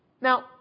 Now